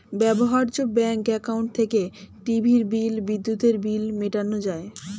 ব্যবহার্য bank account থেকে টিভির বিল, বিদ্যুতের বিল মেটানো যায়